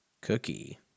cookie